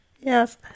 Yes